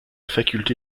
faculté